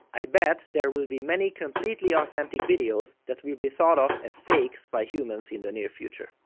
i bet there will be many completely authentic videos that will be thought of as fakes by humans in the near future.